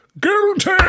Guilty